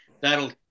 that'll